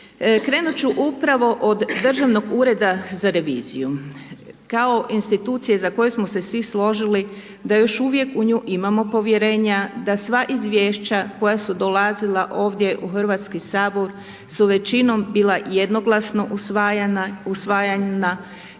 Krenut ću upravo od Državnog ureda za reviziju, kao institucije za koju smo se svi složili da još uvijek u nju imamo povjerenja, da sva izvješća koja su dolazila ovdje u HS su većinom bila jednoglasno usvajana,